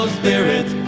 spirit